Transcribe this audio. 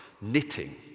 knitting